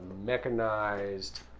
mechanized